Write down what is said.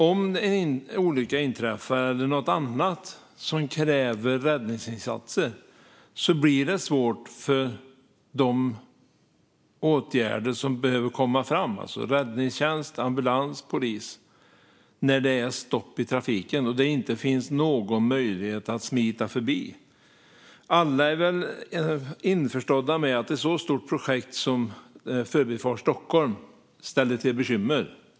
Om en olycka inträffar eller om det sker något annat som kräver räddningsinsatser blir det svårt för dem som behöver komma fram och vidta åtgärder, alltså räddningstjänst, ambulans och polis, när det är stopp i trafiken och det inte finns någon möjlighet att smita förbi. Alla är väl införstådda med att ett så stort projekt som Förbifart Stockholm ställer till bekymmer.